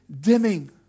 dimming